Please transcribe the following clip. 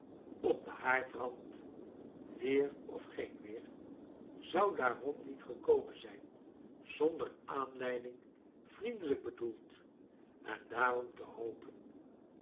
op den haardrand weer of geen weer zou daarom niet gekomen zijn zonder aanleiding vriendelijk bedoeld en daarom te hopen